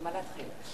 היא תביא את החלטת